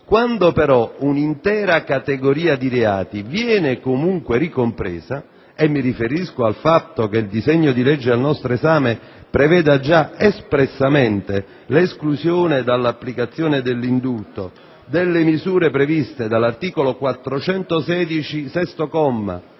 Quando però un'intera categoria di reati viene comunque ricompresa, e mi riferisco al fatto che il disegno di legge al nostro esame preveda già espressamente l'esclusione dall'applicazione dell'indulto delle misure previste dall'articolo 416, comma